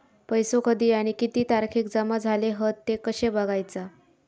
पैसो कधी आणि किती तारखेक जमा झाले हत ते कशे बगायचा?